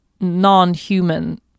non-human